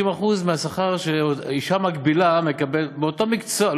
50% מהשכר שאישה מקבילה מקבלת באותו מקצוע.